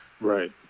Right